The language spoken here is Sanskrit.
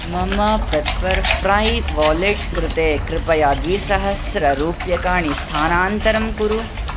मम पेप्पर्फ्रै वालेट् कृते कृपया द्विसहस्ररूप्यकाणि स्थानान्तरं कुरु